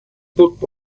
book